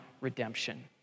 redemption